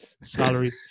Salary